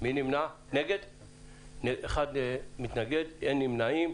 1 נמנעים, אין אושר.